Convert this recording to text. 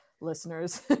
listeners